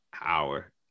hour